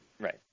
Right